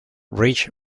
rich